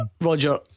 Roger